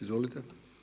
Izvolite.